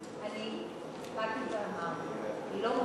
באתי ואמרתי: לא חוסכים,